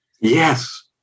Yes